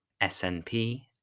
SNP